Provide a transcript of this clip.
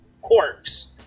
quirks